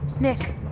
Nick